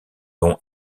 don